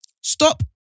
Stop